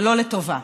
ולא לטובה.